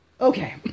Okay